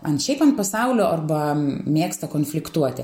ant šiaip ant pasaulio arba mėgsta konfliktuoti